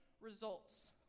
results